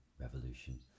revolution